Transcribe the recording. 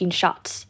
shots